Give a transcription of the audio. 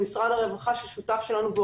למשרד הרווחה שהוא שותף שלנו והוא